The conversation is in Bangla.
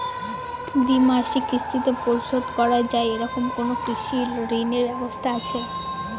দ্বিমাসিক কিস্তিতে পরিশোধ করা য়ায় এরকম কোনো কৃষি ঋণের ব্যবস্থা আছে?